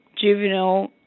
juvenile